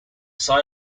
site